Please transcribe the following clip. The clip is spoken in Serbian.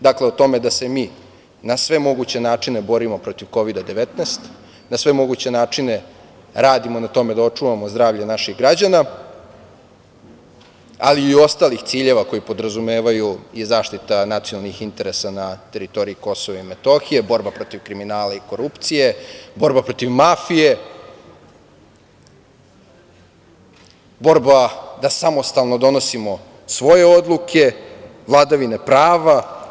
Dakle o tome da se mi na sve moguće načine borimo protiv COVID-19, na sve moguće načine radimo na tome da očuvamo zdravlje naših građana, ali i ostalih ciljeva koji podrazumevaju i zaštitu nacionalnih interesa na teritoriji Kosove i Metohije, borba protiv kriminala i korupcije, borba protiv mafije, borba da samostalno donosimo svoje odluke, vladavina prava.